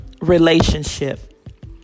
relationship